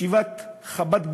ישיבת חב"ד בלוד,